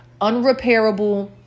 unrepairable